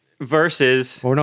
versus